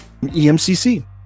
EMCC